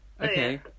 Okay